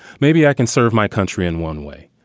maybe i can serve my country in one way.